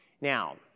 Now